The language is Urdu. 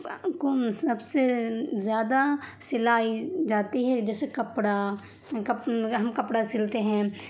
کاکم سب سے زیادہ سلائی جاتی ہے جیسے کپڑا ہم کپڑا سلتے ہیں